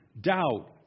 doubt